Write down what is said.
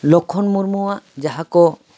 ᱞᱚᱠᱠᱷᱚᱱ ᱢᱩᱨᱢᱩᱣᱟᱜ ᱡᱟᱦᱟᱸ ᱠᱚ